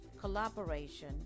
collaboration